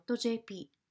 JP 、